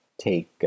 take